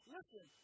Listen